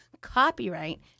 copyright